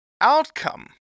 outcome